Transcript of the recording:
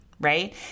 right